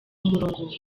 umurongo